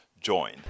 join